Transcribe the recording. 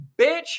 bitch